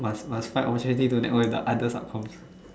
must must find opportunity to network with the other sub comm